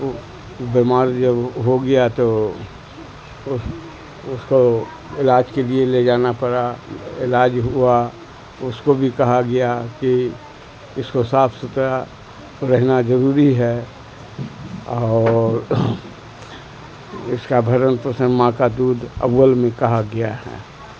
بیمار جب ہو گیا تو اس کو علاج کے لیے لے جانا پڑا علاج ہوا اس کو بھی کہا گیا کہ اس کو صاف ستھرا رہنا ضروری ہے اور اس کا بھرن پوثن ماں کا دودھ اول میں کہا گیا ہے